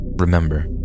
Remember